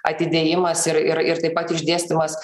atidėjimas ir ir ir taip pat išdėstymas